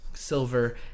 silver